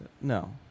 No